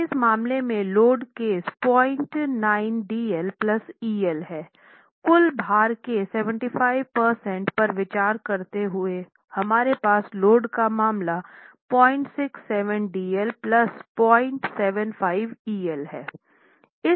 तो इस मामले में लोड केस 09 DL EL है कुल भार के 75 प्रतिशत पर विचार करते हुए हमारे पास लोड का मामला 067 DL 075 EL है